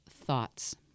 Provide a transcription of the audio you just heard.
thoughts